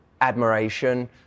admiration